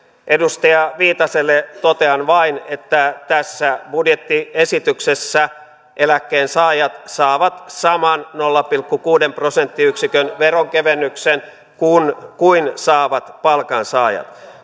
edustaja viitaselle totean vain että tässä budjettiesityksessä eläkkeensaajat saavat saman nolla pilkku kuuden prosenttiyksikön veronkevennyksen kuin saavat palkansaajat